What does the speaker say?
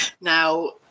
Now